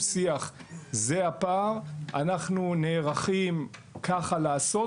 הוא שיח של: "זה הפער אנחנו נערכים לעשות כך",